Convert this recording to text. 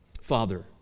Father